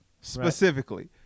specifically